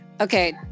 okay